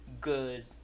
good